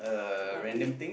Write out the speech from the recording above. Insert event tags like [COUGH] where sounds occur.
[BREATH] what do you